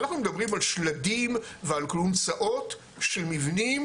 אנחנו מדברים על שלדים ועל כלונסאות של מבנים,